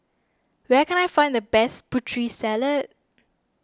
where can I find the best Putri Salad